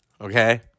okay